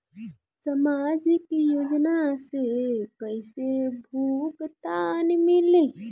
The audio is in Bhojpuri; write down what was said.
सामाजिक योजना से कइसे भुगतान मिली?